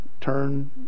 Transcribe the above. Turn